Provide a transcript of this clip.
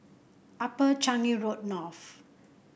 Upper Changi Road North